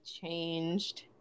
changed